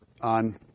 on